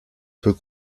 peut